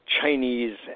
Chinese